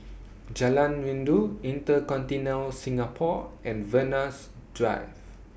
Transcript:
Jalan Rindu InterContinental Singapore and Venus Drive